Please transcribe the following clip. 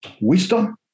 Wisdom